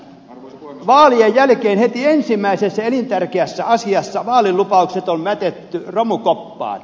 vaalien jälkeen heti ensimmäisessä elintärkeässä asiassa vaalilupaukset on mätetty romukoppaan